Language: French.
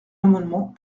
amendement